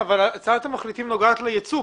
הצעת המחליטים נוגעת לייצוא.